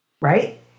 Right